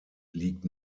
liegt